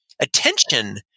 attention